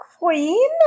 Queen